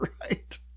Right